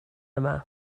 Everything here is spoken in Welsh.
yma